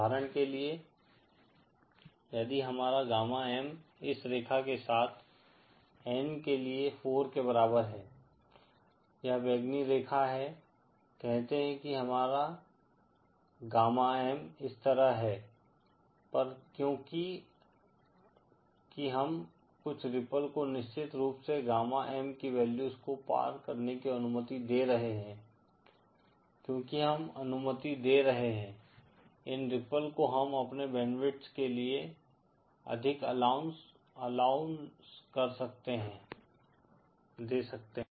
उदाहरण के लिए यदि हमारा गामा M इस रेखा के साथ N के लिए 4 के बराबर है यह बैंगनी रेखा है कहते हैं कि हमारा गामा M इस तरह है पर क्योकि कि हम कुछ रिप्पल को निश्चित रूप से गामा M की वैल्यूज को पार करने की अनुमति दे रहे हैं क्योंकि हम अनुमति दे रहे हैं इन रिप्पल को हम अपने बैंडविड्थ के लिए अधिक अलाउंस दे सकते हैं